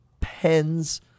pens